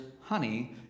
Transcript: honey